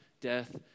death